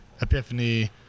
epiphany